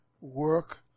work